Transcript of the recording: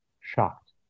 shocked